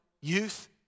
youth